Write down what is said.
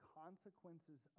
consequences